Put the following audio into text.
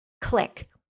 click